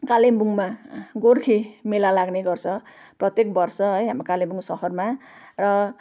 कालिम्पोङमा गोर्खे मेला लाग्ने गर्छ प्रत्येक वर्ष है हाम्रो कालिम्पुङ सहरमा र